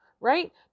right